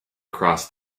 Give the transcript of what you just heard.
across